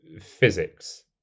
physics